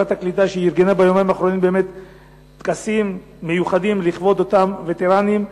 שארגנה ביומיים האחרונים באמת טקסים מיוחדים לכבוד אותם וטרנים.